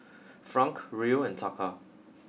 Franc Riel and Taka